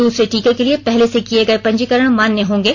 दूसरे टीके के लिए पहले से किए गए पंजीकरण मान्य होंगे